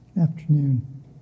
afternoon